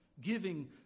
Giving